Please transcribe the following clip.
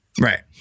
Right